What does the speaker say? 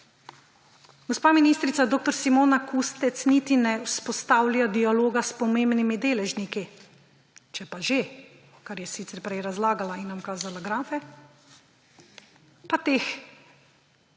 Gospa ministrica dr. Simona Kustec niti ne vzpostavlja dialoga s pomembni deležniki, če pa že, kar je sicer prej razlagala in nam kazala grafe, pa teh